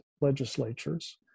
legislatures